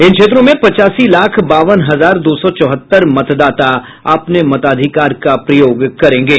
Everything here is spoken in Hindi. इन क्षेत्रों में पच्चासी लाख बावन हजार दो सौ चौहत्तर मतदाता अपने मताधिकार का प्रयोग करेंगे